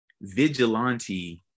vigilante